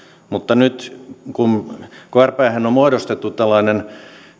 mutta nyt kun kun krphen on muodostettu tällainen